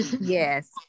Yes